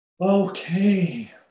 Okay